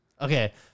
Okay